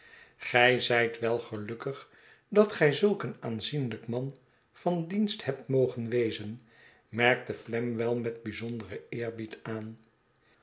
gij zijt wel gelukkig dat gij zulk een aanzienlijk man van dienst hebt mogen wezen merkte flamwell met bijzonderen eerbied aan